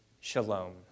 shalom